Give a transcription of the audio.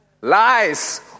lies